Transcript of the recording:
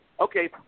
okay